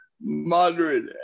moderate